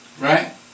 Right